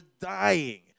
dying